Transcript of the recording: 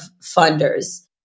funders